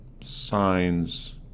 signs